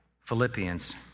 Philippians